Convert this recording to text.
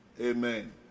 Amen